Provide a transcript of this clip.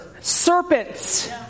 serpents